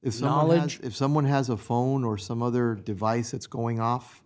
is knowledge if someone has a phone or some other device it's going off